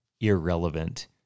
irrelevant